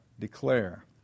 declare